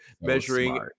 measuring